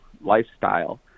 lifestyle